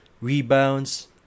rebounds